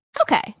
Okay